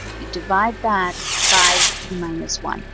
you divide that by p minus one.